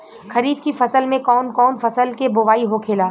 खरीफ की फसल में कौन कौन फसल के बोवाई होखेला?